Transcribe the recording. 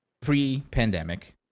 pre-pandemic